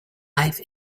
life